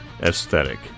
aesthetic